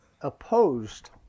opposed